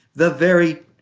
the very